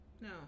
No